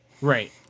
Right